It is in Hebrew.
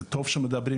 זה טוב שמדברים,